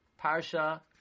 Parsha